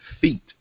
feet